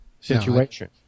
situation